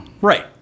Right